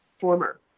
former